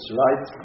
right